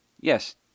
Yes